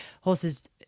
horses